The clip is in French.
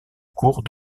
cours